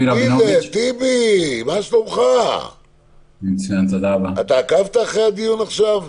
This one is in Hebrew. טיבי, עקבת אחרי הדיון עכשיו?